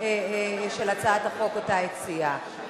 של הצעת החוק שהוא הציע.